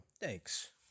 Thanks